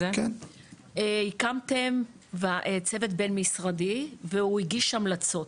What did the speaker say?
הקמתם צוות בין-משרדי והוא הגיש המלצות,